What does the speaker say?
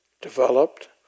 developed